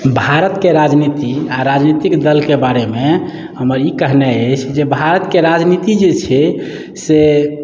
भारत के राजनीती आ राजनितिक दल के बारे मे हमर ई कहनाइ अछि जे भारत के राजनीती जे छै से